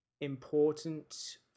important